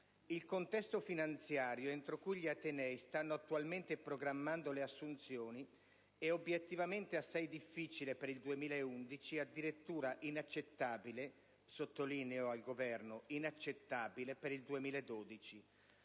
«Il contesto finanziario entro cui gli atenei stanno attualmente programmando le assunzioni è obiettivamente assai difficile per il 2011 e addirittura inaccettabile» - sottolineo al Governo: inaccettabile - «per il 2012,